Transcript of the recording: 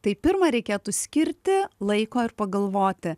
tai pirma reikėtų skirti laiko ir pagalvoti